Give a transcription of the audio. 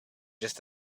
just